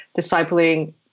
discipling